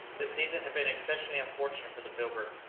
the season had been exceptionally unfortunate for the pilgrim.